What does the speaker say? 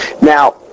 now